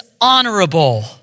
honorable